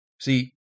See